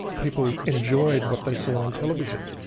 people enjoyed what they saw on television.